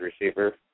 receiver